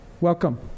Welcome